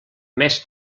més